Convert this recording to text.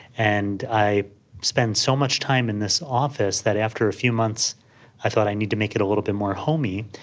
and i spend so much time in this office that after a few months i thought i need to make it a little bit more homey,